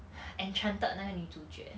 enchanted 的那个女主角